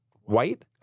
white